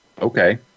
Okay